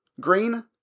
green